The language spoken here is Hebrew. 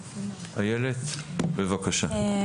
איילת, בבקשה.